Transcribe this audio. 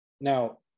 Now